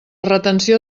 retenció